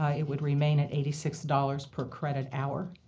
ah it would remain at eighty six dollars per credit hour.